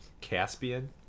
Caspian